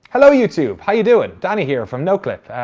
hello, youtube, how you doing? danny here, from noclip.